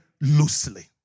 loosely